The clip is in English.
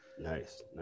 Nice